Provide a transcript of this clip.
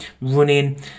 running